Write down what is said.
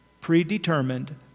predetermined